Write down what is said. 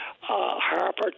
Harper